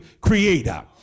creator